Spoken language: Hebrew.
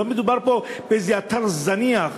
לא מדובר פה באיזה אתר זניח.